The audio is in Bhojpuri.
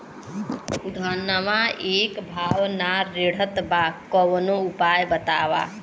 धनवा एक भाव ना रेड़त बा कवनो उपाय बतावा?